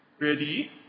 Ready